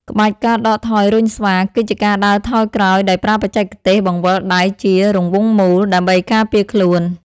ក្បាច់ ការដកថយរុញស្វា គឺជាការដើរថយក្រោយដោយប្រើបច្ចេកទេសបង្វិលដៃជារង់វង់មូល ដើម្បីការពារខ្លួន។